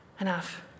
enough